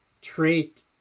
trait